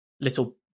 little